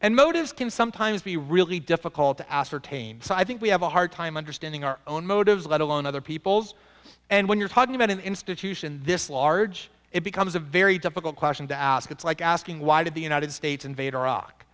and motives can sometimes be really difficult to ascertain so i think we have a hard time understanding our own motives let alone other people's and when you're talking about an institution this large it becomes a very difficult question to ask it's like asking why did the united states invade iraq